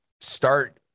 start